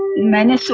many so